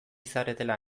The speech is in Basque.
zaretela